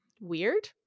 weird